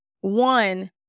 One